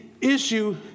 issue